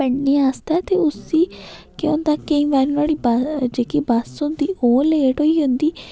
पढ़ने आस्तै ते उसी केह् होंदा केईं बार नोआड़ी जेह्की बस होंदी ओह् लेट होई जंदी